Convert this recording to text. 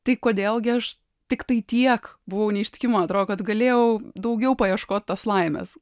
tai kodėl gi aš tiktai tiek buvau neištikima atrodo kad galėjau daugiau paieškot tos laimės